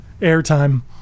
airtime